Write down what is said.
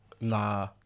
Nah